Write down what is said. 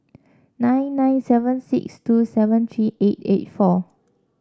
nine nine seven six two seven three eight eight four